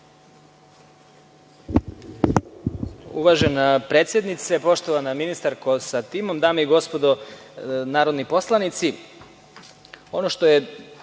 Uvažena predsednice, poštovana ministarko sa timom, dame i gospodo narodni poslanici, ono što je